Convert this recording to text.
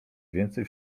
więcej